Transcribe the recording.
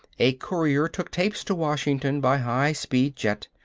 a courier took tapes to washington by high-speed jet.